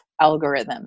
algorithm